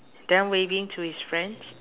then waving to his friends